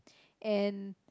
and